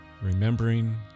remembering